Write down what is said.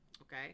okay